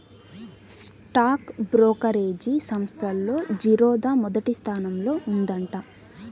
stock brokerage సంస్థల్లో జిరోదా మొదటి స్థానంలో ఉందంట